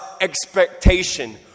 expectation